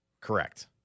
Correct